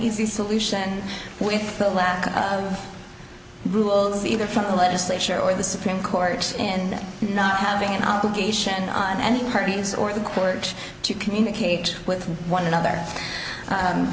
easy solution with the lack of rules either from the legislature or the supreme court and not having an obligation on any parties or the court to communicate with one another